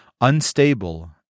unstable